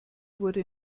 wurde